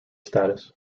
status